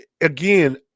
again